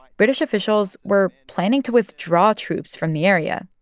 british officials were planning to withdraw troops from the area.